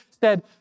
said